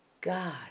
God